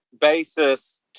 basis